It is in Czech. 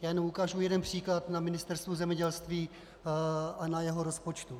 Já jen ukážu jeden příklad na Ministerstvu zemědělství a na jeho rozpočtu.